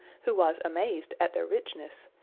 who was amazed at their richness,